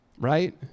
right